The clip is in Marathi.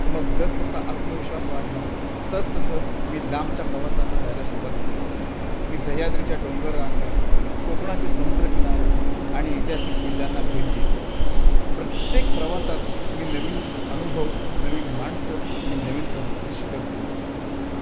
मग जसजसा आत्मविश्वास वाढला तसतसा मी लांबच्या प्रवासांना जायला सुरवात केली मी सह्याद्रीच्या डोंगररांगा कोकणाचे समुद्रकिनारे आणि ऐतिहासिक किल्ल्यांना भेट दिली प्रत्येक प्रवासात मी नवीन अनुभव नवीन माणसं आणि नवीन संस्कृती शिकत गेलो